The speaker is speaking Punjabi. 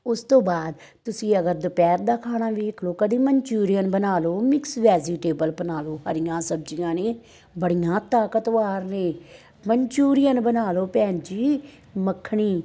ਉਸ ਤੋਂ ਬਾਅਦ ਤੁਸੀਂ ਅਗਰ ਦੁਪਹਿਰ ਦਾ ਖਾਣਾ ਦੇਖ ਲਉ ਕਦੀ ਮਨਚੂਰੀਅਨ ਬਣਾ ਲਉ ਮਿਕਸ ਵੈਜੀਟੇਬਲ ਬਣਾ ਲਉ ਹਰੀਆਂ ਸਬਜ਼ੀਆਂ ਨੇ ਬੜੀਆਂ ਤਾਕਤਵਾਰ ਨੇ ਮਨਚੂਰੀਅਨ ਬਣਾ ਲਉ ਭੈਣ ਜੀ ਮੱਖਣੀ